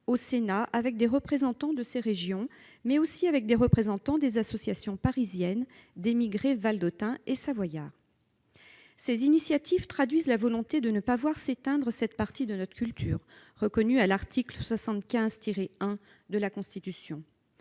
au Sénat, avec des représentants de ces régions, mais aussi avec des représentants des associations parisiennes d'émigrés valdôtains et savoyards. Ces initiatives traduisent la volonté de ne pas voir s'éteindre cette partie de notre culture, reconnue à l'article 75-1 de la Constitution.